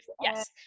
yes